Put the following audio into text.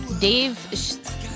Dave